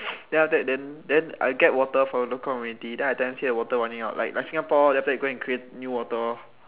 then after then then I will get water for the community then I tell them say the water running out like Singapore after that they go and create Newater